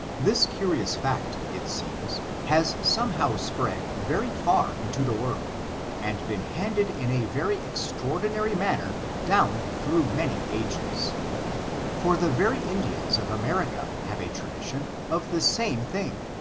this curious fact, it seems, has somehow spread very far into the world and been handed in a very extraordinary manner down through many ages for the very indians of america have a tradition of the same thing,